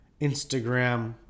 Instagram